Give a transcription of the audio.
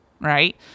Right